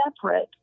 separate